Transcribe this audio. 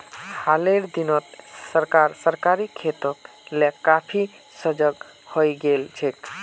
हालेर दिनत सरकार सहकारी खेतीक ले काफी सजग हइ गेल छेक